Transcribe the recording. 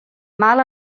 mal